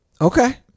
Okay